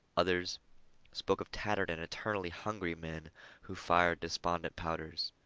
others spoke of tattered and eternally hungry men who fired despondent powders.